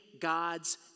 God's